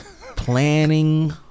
Planning